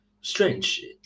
strange